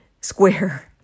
Square